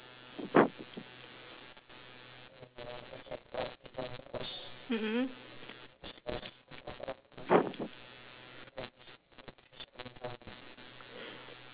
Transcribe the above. mmhmm